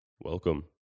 welcome